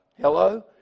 Hello